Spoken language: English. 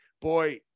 boy